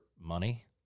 money